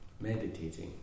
meditating